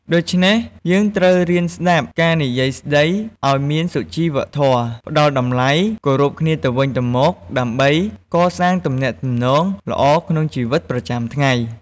ដូច្នេះយើងត្រូវរៀនស្តាប់ ការនិយាយស្តីឲ្យមានសុជីវធម៌ ផ្តល់តម្លៃ គោរពគ្នាទៅវិញទៅមកដើម្បីកសាងទំនាក់ទំនងល្អក្នុងជីវិតប្រចាំថ្ងៃ។